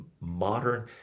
modern